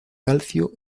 calcio